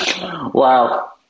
Wow